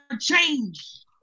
change